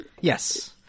Yes